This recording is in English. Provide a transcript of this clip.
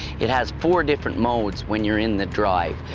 it has four different modes when you're in the drive.